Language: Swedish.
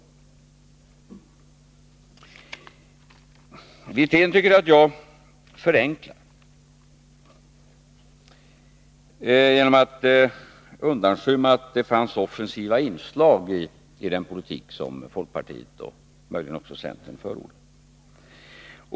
Rolf Wirtén tycker att jag förenklar genom att undanskymma att det fanns offensiva inslag i den politik som folkpartiet och möjligen också centern förde.